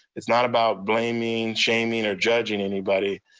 it's not about blaming shaming or judging anybody,